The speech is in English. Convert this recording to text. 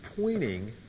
pointing